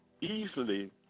easily